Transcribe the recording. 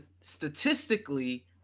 statistically